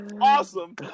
Awesome